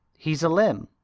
he's a limb,